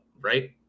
right